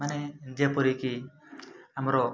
ମାନେ ଯେପରିକି ଆମର